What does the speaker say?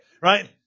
Right